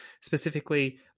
specifically